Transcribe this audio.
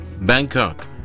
Bangkok